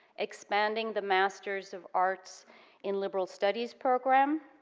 expanding the masters of arts in liberal studies program,